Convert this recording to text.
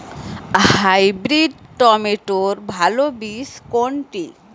Hybrid টমেটোর ভালো বীজ কোনটি?